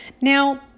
Now